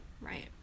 right